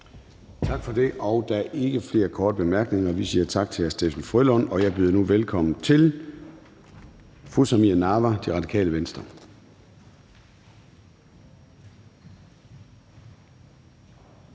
Tak for det. Der er ikke flere korte bemærkninger. Vi siger tak til hr. Steffen W. Frølund, og jeg byder nu velkommen til fru Samira Nawa, Radikale Venstre.